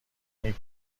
این